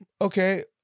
okay